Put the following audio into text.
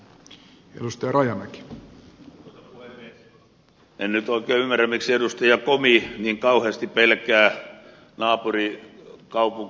en nyt oikein ymmärrä miksi edustaja komi niin kauheasti pelkää naapurikaupunkia varkautta